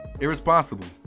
Irresponsible